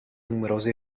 numerose